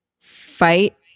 fight